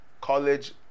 college